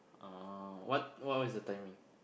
oh what what what what is the timing